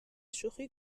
شوخی